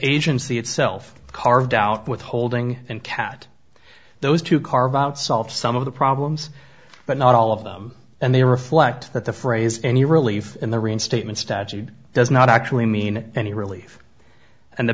agency itself carved out withholding and cat those to carve out solves some of the problems but not all of them and they reflect that the phrase any relief in the reinstatement statute does not actually mean any relief and the